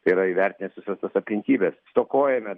tai yra įvertinęs visas tas aplinkybes stokojame